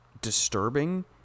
disturbing